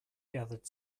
gathered